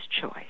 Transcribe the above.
choice